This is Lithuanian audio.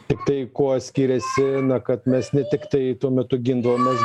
tiktai kuo skiriasi na kad mes ne tiktai tuo metu gindavomės